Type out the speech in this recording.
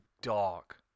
dark